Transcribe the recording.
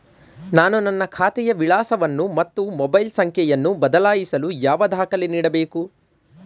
ನಾನು ನನ್ನ ಖಾತೆಯ ವಿಳಾಸವನ್ನು ಮತ್ತು ಮೊಬೈಲ್ ಸಂಖ್ಯೆಯನ್ನು ಬದಲಾಯಿಸಲು ಯಾವ ದಾಖಲೆ ನೀಡಬೇಕು?